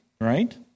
right